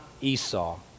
Esau